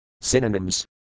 Synonyms